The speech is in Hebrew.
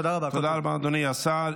תודה רבה, אדוני השר.